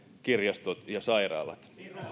kirjastot ja sairaalat